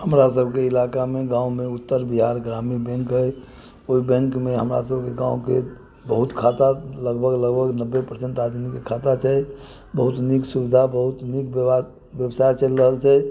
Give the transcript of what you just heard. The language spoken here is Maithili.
हमरा सबके इलाकामे गावँमे उत्तर बिहार ग्रामीण बैंक अइ ओइ बैंकमे हमरा सबके गावँके बहुत खाता लगभग लगभग नब्बे परसेन्ट आदमीके खाता छै बहुत नीक सुविधा बहुत नीक व्यवहार व्यवसाय चलि रहल छै